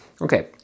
Okay